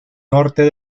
norte